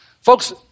Folks